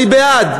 אני בעד,